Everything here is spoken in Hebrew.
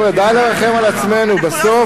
אנחנו לא